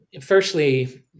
Firstly